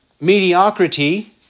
mediocrity